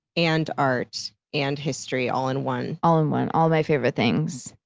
and art, and history, all in one. all in one. all my favorite things,